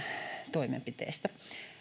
toimenpiteistä